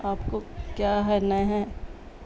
آپ کو کیا ہے نہیں ہے